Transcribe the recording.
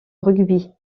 rugby